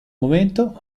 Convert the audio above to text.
momento